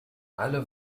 alle